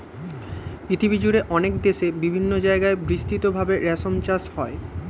পৃথিবীজুড়ে অনেক দেশে বিভিন্ন জায়গায় বিস্তৃত ভাবে রেশম চাষ হয়